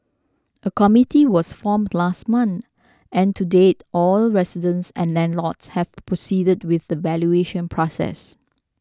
a committee was formed last month and to date all residents and landlords have proceeded with the valuation process